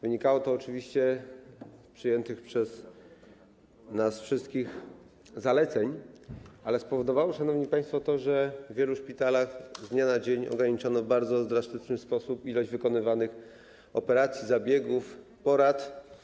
Wynikało to oczywiście z przyjętych przez nas wszystkich zaleceń, ale spowodowało, szanowni państwo, to, że w wielu szpitalach z dnia na dzień ograniczono w bardzo drastyczny sposób ilość wykonywanych operacji, zabiegów, porad.